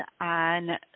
on